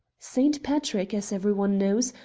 saint patrick, as every one knows,